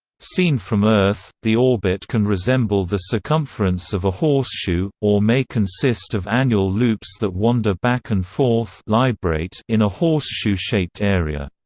seen from earth, the orbit can resemble the circumference of a horseshoe, or may consist of annual loops that wander back and forth in a horseshoe-shaped area.